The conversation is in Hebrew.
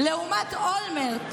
לעומת אולמרט,